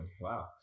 Wow